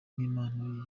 nk’impano